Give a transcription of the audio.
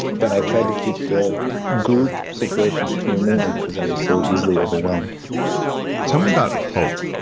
but i tried to keep the group situations to a minimum because i was so easily overwhelmed tell me about hope.